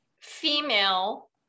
female